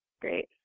great